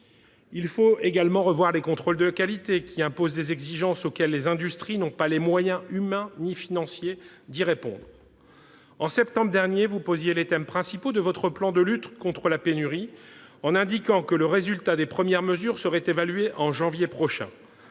Il faut également revoir les contrôles de qualité, qui imposent des exigences auxquelles les industries n'ont pas les moyens humains et financiers de répondre. En septembre dernier, vous posiez les thèmes principaux de votre plan de lutte contre la pénurie en indiquant que le résultat des premières mesures serait évalué en janvier prochain,